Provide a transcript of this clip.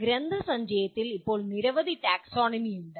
ഗ്രന്ഥസഞ്ചയത്തിൽ ഇപ്പോൾ നിരവധി ടാക്സോണമി ഉണ്ട്